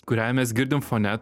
kurią mes girdim fone